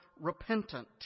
repentant